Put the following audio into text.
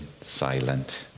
silent